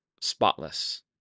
spotless